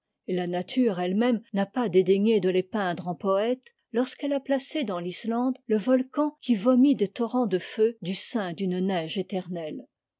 et la nature elle-même n'a pas dédaigné de les peindre en poëte lorsqu'elle a placé dans l'islande le volcan qui vomit des torrents de feu du sein d'une neige éternelle